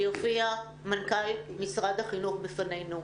שמנכ"ל משרד החינוך יופיע פה בפנינו.